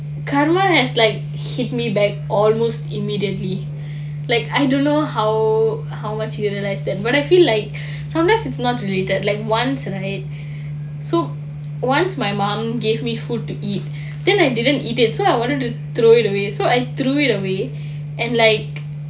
karma has like hit me back almost immediately like I don't know how how much you realised that but I feel like sometimes is not related that like once right so once my mom gave me food to eat then I didn't eat it so I wanted to throw it away so I threw it away and like